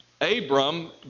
Abram